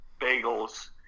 Bagels